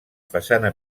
façana